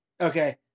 Okay